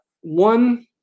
one